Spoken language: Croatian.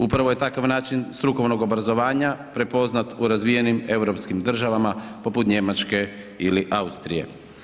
Upravo je takav način strukovnog obrazovanja prepoznat u razvijenim europskim državama, poput Njemačke ili Austrije.